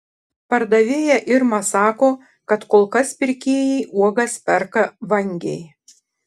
pardavėja irma sako kad kol kas pirkėjai uogas perka vangiai